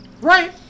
right